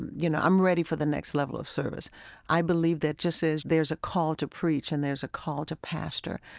you know, i'm ready for the next level of service i believe that just as there's a call to preach and there's a call to pastor,